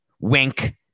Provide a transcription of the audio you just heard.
wink